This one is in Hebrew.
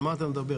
על מה אתה מדבר?